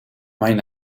mijn